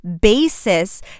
basis